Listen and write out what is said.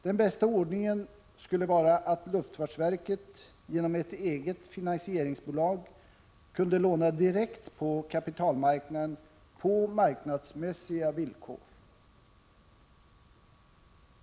Den bästa ordningen skulle vara att luftfartsverket genom ett eget finansieringsbolag kunde låna direkt på kapitalmarknaden på marknadsmässiga villkor.